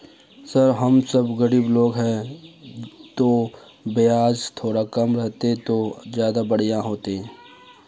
sir हम सब गरीब लोग है तो बियाज थोड़ा कम रहते तो ज्यदा बढ़िया होते